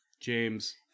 James